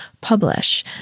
publish